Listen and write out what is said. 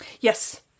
Yes